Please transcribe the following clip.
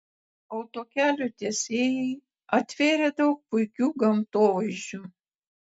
autokelio tiesėjai atvėrė daug puikių gamtovaizdžių